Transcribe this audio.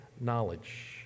knowledge